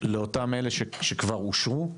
לאותם אלה שכבר אושרו ותוקצבו.